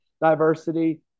diversity